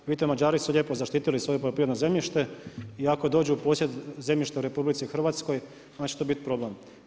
Vidite, Mađari su lijepo zaštitili svoje poljoprivredno zemljište i ako dođu u posjed zemljištu RH, onda će to biti problem.